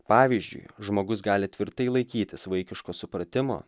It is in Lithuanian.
pavyzdžiui žmogus gali tvirtai laikytis vaikiško supratimo